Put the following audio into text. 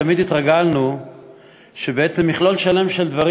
תמיד התרגלנו שבעצם מכלול שלם של דברים